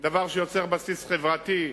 דבר שיוצר בסיס חברתי,